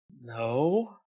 No